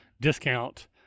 discount